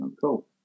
cool